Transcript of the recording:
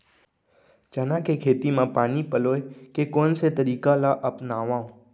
चना के खेती म पानी पलोय के कोन से तरीका ला अपनावव?